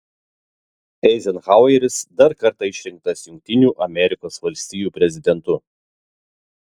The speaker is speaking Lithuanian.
eizenhaueris dar kartą išrinktas jungtinių amerikos valstijų prezidentu